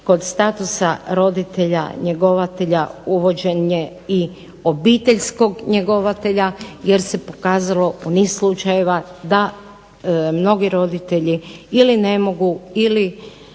kod statusa roditelja-njegovatelja uvođenje i obiteljskog njegovatelja jer se pokazalo u niz slučajeva da mnogi roditelji ili ne mogu ili